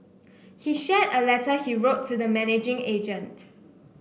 he shared a letter he wrote to the managing agent